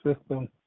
system